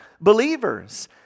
believers